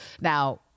Now